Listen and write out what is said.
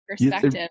perspective